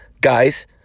Guys